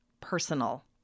personal